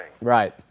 right